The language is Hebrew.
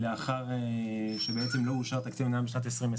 לאחר שבעצם לא אושר תקציב המדינה בשנת 2020,